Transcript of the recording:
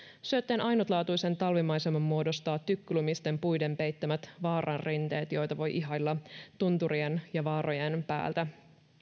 syötteen ainutlaatuisen talvimaiseman muodostavat tykkylumisten puiden peittämät vaaran rinteet joita voi ihailla tunturien ja vaarojen päältä